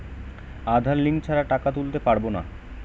আধার link ছাড়া টাকা তুলতে পারব না?